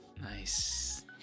Nice